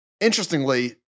Interestingly